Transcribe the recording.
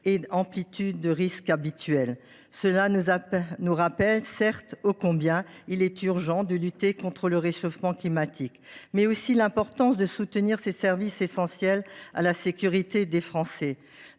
des amplitudes de risque ordinaires. Ils nous rappellent, certes, combien il est urgent de lutter contre le réchauffement climatique, mais aussi de soutenir ces services essentiels à la sécurité des Français,